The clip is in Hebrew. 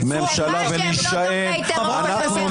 יש פה מצב שהוא בלתי נתפס וחשוב שאזרחי ישראל